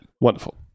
Wonderful